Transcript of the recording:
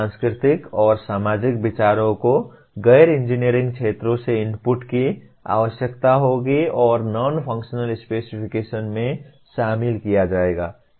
सांस्कृतिक और सामाजिक विचारों को गैर इंजीनियरिंग क्षेत्रों से इनपुट की आवश्यकता होगी और नॉन फंक्शनल स्पेसिफिकेशन्स में शामिल किया जाएगा